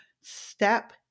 Step